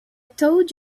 told